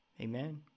Amen